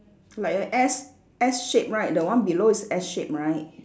like a S S shape right the one below is S shape right